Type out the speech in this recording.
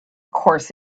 course